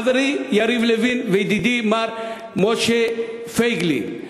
חברי יריב לוין וידידי מר משה פייגלין,